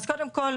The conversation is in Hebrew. קודם כול,